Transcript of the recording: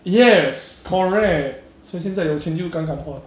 yes correct 所以现在有钱就敢敢花